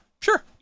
Sure